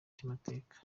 cy’amateka